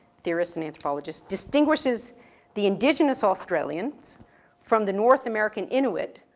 theorist and anthropologist, distinguishes the indigenous australians from the north american inuit,